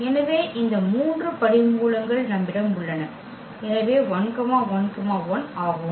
எனவே இந்த 3 படிமூலங்கள் நம்மிடம் உள்ளன எனவே 1 1 1 ஆகும்